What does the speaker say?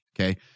okay